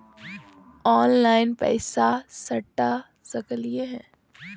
Online पैसा सटा सकलिय है?